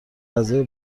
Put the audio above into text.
اعضای